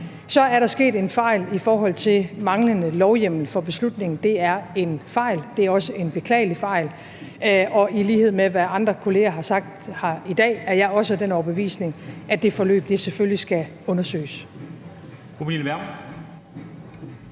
Så er der sket en fejl i forhold til manglende lovhjemmel for beslutningen. Det er en fejl. Det er også en beklagelig fejl, og i lighed med hvad andre kolleger har sagt her i dag, er jeg også af den overbevisning, at det forløb selvfølgelig skal undersøges.